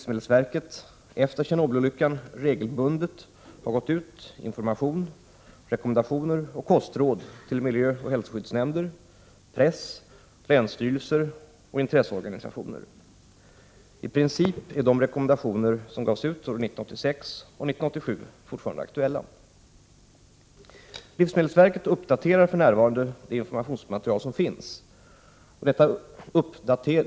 1988/89:9 livsmedelsverket efter Tjernobylolyckan regelbundet har gått ut informa 13 oktober 1988 tion, rekommendationer och kostråd till miljöoch hälsoskyddsnämnder, press, länsstyrelser och intresseorganisationer. I princip är de rekommendationer som gavs ut åren 1986 och 1987 fortfarande aktuella. Livsmedelsverket uppdaterar för närvarande det informationsmaterial som finns.